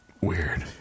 weird